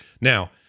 Now